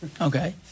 Okay